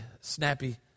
snappy